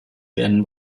werden